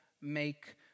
make